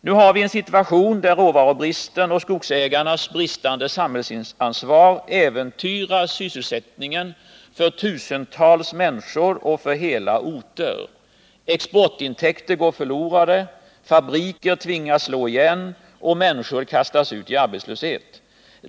Nu har vi en situation där råvarubristen och skogsägarnas brist på samhällsansvar äventyrar sysselsättningen för tusentals människor och för hela orter. Exportintäkter går förlorade. Fabriker tvingas slå igen, och människor kastas ut i arbetslöshet.